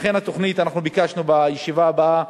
לכן ביקשנו שבישיבה הבאה